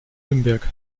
nürnberg